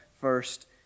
first